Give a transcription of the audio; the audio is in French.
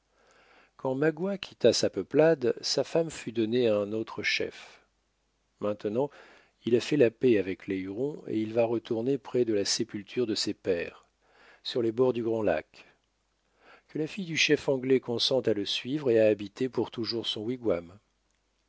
quand magua quitta sa peuplade sa femme fut donnée à un autre chef maintenant il a fait la paix avec les hurons et il va retourner près de la sépulture de ses pères sur les bords du grand lac que la fille du chef anglais consente à le suivre et à habiter pour toujours son wigwam